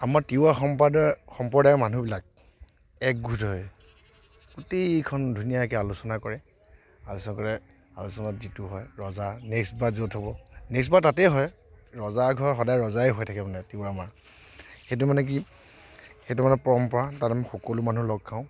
আমাৰ তিৱা সম্প্ৰদায় সম্প্ৰদায়ৰ মানুহ বিলাক একগোট হৈ গোটেইখন ধুনীয়াকৈ আলোচনা কৰে আলোচনা কৰে আলোচনাত যিটো হয় ৰজা নেক্সট বাৰ য'ত হ'ব নেক্সটবাৰ তাতেই হয় ৰজাঘৰ সদায় ৰজাই হৈ থাকে মানে তিৱা আমাৰ সেইটো মানে কি সেইটো মানে পৰম্পৰা তাত আমি সকলো মানুহ লগ খাওঁ